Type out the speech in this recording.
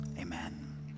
Amen